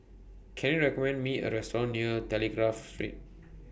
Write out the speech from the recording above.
Can YOU recommend Me A Restaurant near Telegraph Street